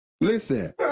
listen